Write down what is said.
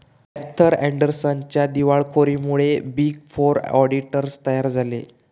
Arthur अँडरसनच्या दिवाळखोरीमुळे big four auditors तयार झाले